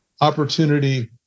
opportunity